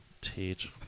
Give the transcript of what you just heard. teach